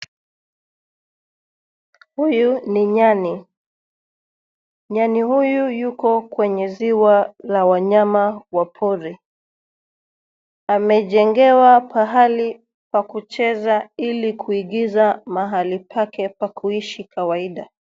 Huyu ni nyani. Nyani huyu yuko kwenye ziwa la wanyama wa pori. Amejengewa pahali pa kucheza ili kuigiza mahali pake pa kuishi kawaida.